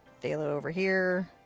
phthalo over here.